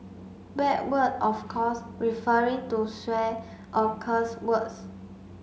bad word of course referring to swear or curse words